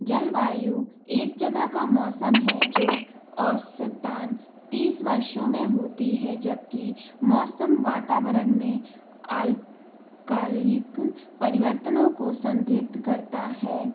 जलवायु एक जगह का मौसम है जो औसतान तीस वर्षों में होती है जबकि मौसम वातावरण में आल का लिक परिवर्तनों को संधारित करता है